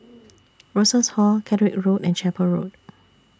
Rosas Hall Catterick Road and Chapel Road